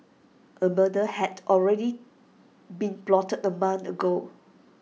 A murder had already been plotted A month ago